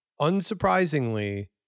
unsurprisingly